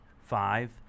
five